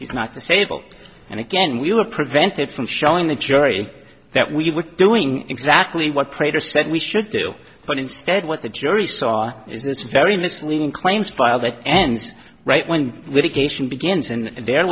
it's not disable and again we were prevented from showing the jury that we were doing exactly what traders said we should do but instead what the jury saw is this very misleading claims file that ends right when litigation begins and they're